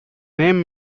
name